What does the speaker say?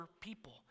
people